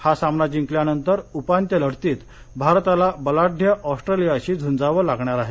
हा सामना जिंकल्यानंतर उपान्त्य लढतीत भारताला बलाढ्य ऑस्ट्रेलियाशी झूंजावं लागणार आहे